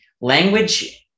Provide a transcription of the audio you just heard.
language